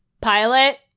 pilot